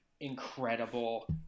incredible